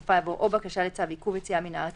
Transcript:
בסופה יבוא "או בקשה לצו עיכוב יציאה מן הארץ